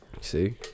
See